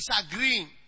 disagreeing